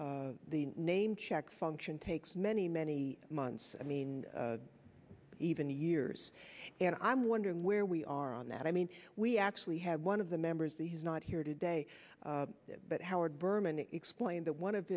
the name check function takes many many months i mean even two years and i'm wondering where we are on that i mean we actually had one of the members that he's not here today but howard berman explained that one of